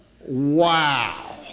Wow